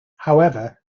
however